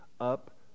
up